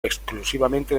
exclusivamente